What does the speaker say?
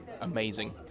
Amazing